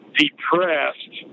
depressed